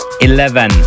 Eleven